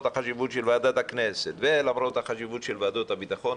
החשיבות של ועדת הכנסת ולמרות החשיבות של ועדות הביטחון,